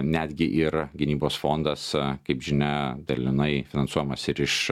netgi ir gynybos fondas kaip žinia dalinai finansuojamas ir iš